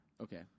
Okay